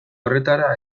horretara